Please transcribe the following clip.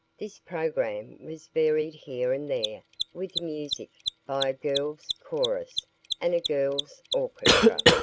this program was varied here and there with music by a girls' chorus and a girls' orchestra.